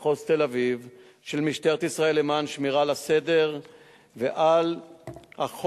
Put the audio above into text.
מחוז תל-אביב של משטרת ישראל למען שמירה על הסדר ועל החוק